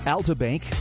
Altabank